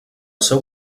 seu